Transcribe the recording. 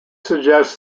suggests